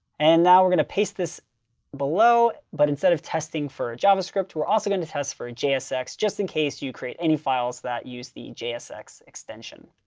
and now, we're going to paste this below. but instead of testing for javascript, we're also going to test for jsx just in case you create any files that use the jsx extension.